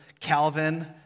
Calvin